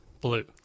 Blue